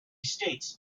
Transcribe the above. states